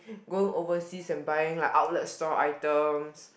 go overseas and buying lah outlet store items